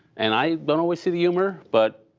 and i don't always see the humor. but,